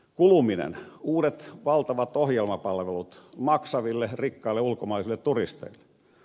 kuluminen uudet valtavat ohjelmapalvelut maksaville rikkaille ulkomaisille turisteille